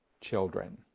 children